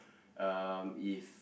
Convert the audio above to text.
um if